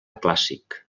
clàssic